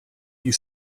you